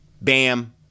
Bam